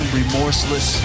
remorseless